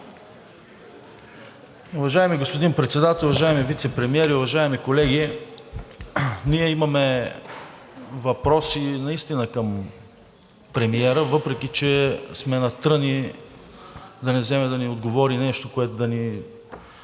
Уважаеми господин Председател, уважаеми вицепремиери, уважаеми колеги, ние наистина имаме въпроси към премиера, въпреки че сме на тръни да не вземе да ни отговори нещо, което да ни